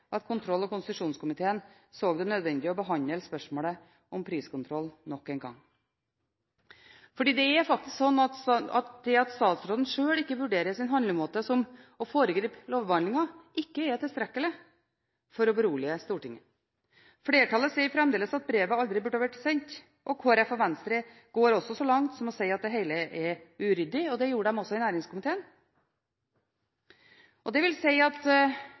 at kontroll- og konstitusjonskomiteen så det nødvendig å behandle spørsmålet om priskontroll nok en gang. For det er faktisk slik at det at statsråden sjøl ikke vurderer sin handlemåte som å foregripe lovbehandlingen, ikke er tilstrekkelig for å berolige Stortinget. Flertallet sier fremdeles at brevet aldri burde vært sendt. Kristelig Folkeparti og Venstre går også så langt som til å si at det hele er uryddig, og det gjorde de også i næringskomiteen. Det vil si at